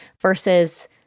versus